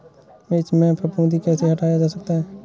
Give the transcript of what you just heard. मिर्च में फफूंदी कैसे हटाया जा सकता है?